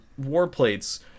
warplates